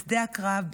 בשדה הקרב,